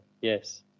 Yes